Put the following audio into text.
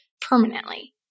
permanently